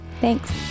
Thanks